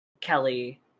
Kelly